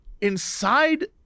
inside